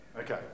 Okay